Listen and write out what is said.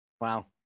Wow